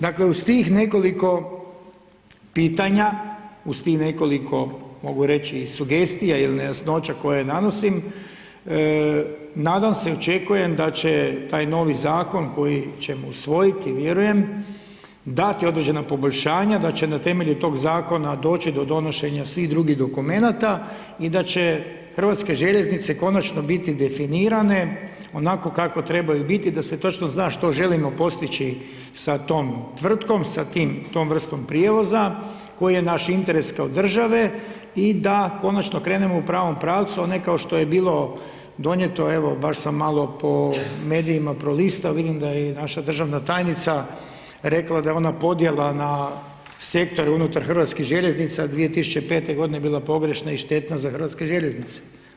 Dakle, uz tih nekoliko pitanja, uz tih nekoliko, mogu reći sugestija ili nejasnoća koje nanosim, nadam se očekujem da će taj novi zakon, koji ćemo usvojiti, vjerujem, dati određena poboljšanja, da će na temelju tog zakona doći do donošenja svih drugih dokumenata i da će Hrvatske željeznice konačno biti definirane onako kako trebaju biti, da se točno zna što želimo postići sa tom tvrtkom, sa tom vrstom prijevoza, koji je naš interes kao države i da konačno krenemo u pravom pravcu, a ne kao što je bilo donijeti, evo baš sam malo i po medijima prolistao, vidim da je i naša državna tajnica, rekla da je ona podijelila na sektor unutar Hrvatskih željeznica 2005. bila pogrešna i štetna za Hrvatske željeznice.